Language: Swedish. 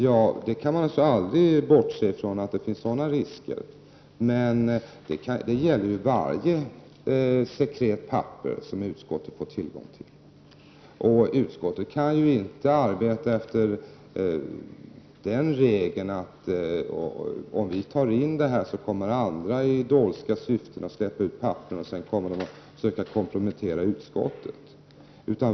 Ja, man kan naturligtvis aldrig bortse ifrån att det finns sådana risker, men det gäller varje sekret papper som utskottet får tillgång till. Utskottet kan ju inte arbeta efter den regeln att om vi tar in detta så kommer andra i dolska syften att släppa ut papper och försöka kompromettera utskottet.